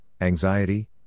anxiety